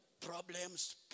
Problems